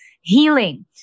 healing